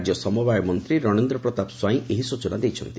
ରାଜ୍ୟ ସମବାୟ ମନ୍ତୀ ରଣେନ୍ଦ୍ର ପ୍ରତାପ ସ୍ୱାଇଁ ଏହି ସ୍ୱଚନା ଦେଇଛନ୍ତି